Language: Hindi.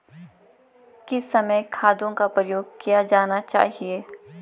किस समय खादों का प्रयोग किया जाना चाहिए?